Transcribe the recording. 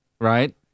Right